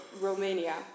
Romania